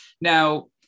Now